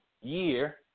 year